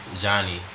Johnny